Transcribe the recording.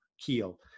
Kiel